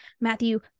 Matthew